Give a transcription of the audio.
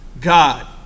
god